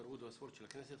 התרבות והספורט של הכנסת.